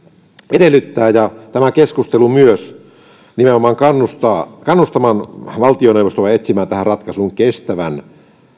edellyttää ja tämä keskustelu myös nimenomaan kannustaa valtioneuvostoa etsimään tähän kestävän